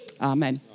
Amen